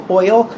oil